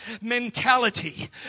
mentality